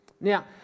Now